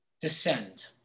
descend